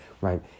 right